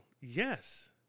yes